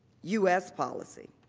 u s. policy.